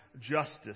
justice